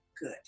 good